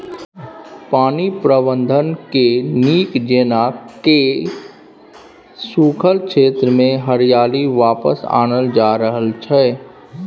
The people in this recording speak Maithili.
पानि प्रबंधनकेँ नीक जेना कए सूखल क्षेत्रमे हरियाली वापस आनल जा रहल छै